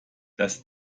das